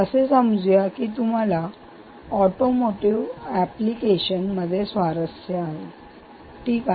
असे समजूया की तुम्हाला ऑटोमोटीव एप्लीकेशन मध्ये स्वारस्य आहे ठीक आहे